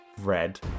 red